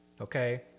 okay